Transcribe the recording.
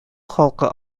халкы